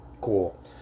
cool